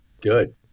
Good